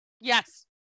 Yes